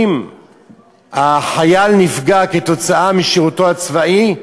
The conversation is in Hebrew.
אם החייל נפגע כתוצאה משירותו הצבאי,